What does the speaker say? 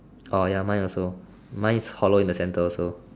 orh ya mine also mine is hollow in the centre also